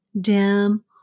dim